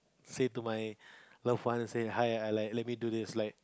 say to my love ones say hi I like let me do this like